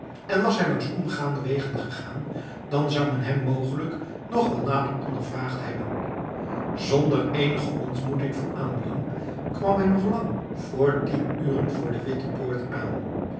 en was hij langs ongebaande wegen gegaan dan zou men hem mogelijk nog wel nader ondervraagd hebben zonder eenige ontmoeting van aanbelang kwam hij nog lang vr tien uren voor de witte poort aan